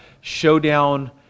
showdown